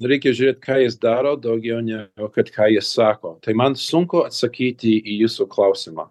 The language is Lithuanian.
reikia žiūrėt ką jis daro daugiau ne o kad ką jis sako tai man sunku atsakyti į jūsų klausimą